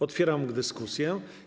Otwieram dyskusję.